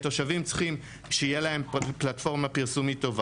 התושבים צריכים שתהיה להם פלטפורמה פרסומית טובה,